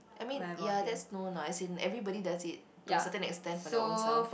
I mean ya that's no nice in everybody does it to certain extent by their own self